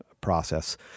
process